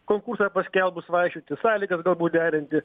konkursą paskelbus vaikščioti sąlygas galbūt derinti